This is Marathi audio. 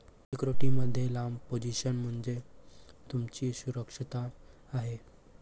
सिक्युरिटी मध्ये लांब पोझिशन म्हणजे तुमची सुरक्षितता आहे